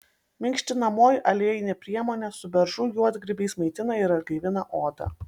minkštinamoji aliejinė priemonė su beržų juodgrybiais maitina ir atgaivina odą